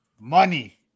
money